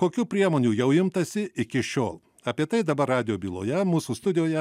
kokių priemonių jau imtasi iki šiol apie tai dabar radijo byloje mūsų studijoje